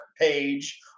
page